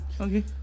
Okay